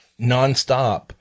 nonstop